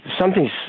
Something's